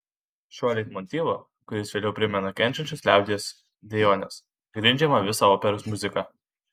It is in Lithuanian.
šiuo leitmotyvu kuris vėliau primena kenčiančios liaudies dejones grindžiama visa operos muzika